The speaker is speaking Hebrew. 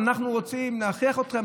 אנחנו רוצים להכריח אתכם.